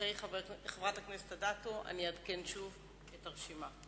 אחרי חברת הכנסת אדטו אני אעדכן שוב את הרשימה.